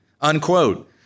unquote